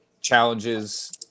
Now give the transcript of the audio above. challenges